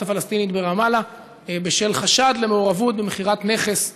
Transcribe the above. הפלסטינית ברמאללה בשל חשד למעורבות במכירת נכס בירושלים.